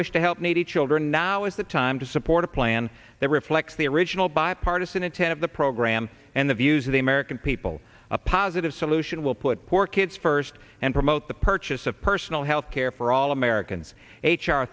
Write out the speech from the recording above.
wish to help needy children now is the time to support a plan that reflects the original bipartisan intent of the program and the views of the american people a positive solution will put poor kids first and promote the purchase of personal health care for all americans h